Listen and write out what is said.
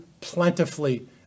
plentifully